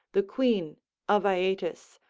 the queen of aeetes,